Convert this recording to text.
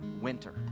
Winter